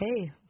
Hey